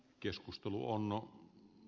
keskusta vuonna